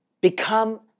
become